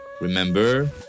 Remember